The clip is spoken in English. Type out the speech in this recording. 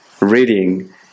Reading